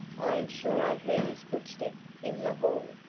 i am sure i heard his footstep in the hall?